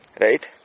right